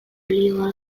olioa